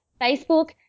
Facebook